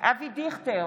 אבי דיכטר,